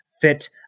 fit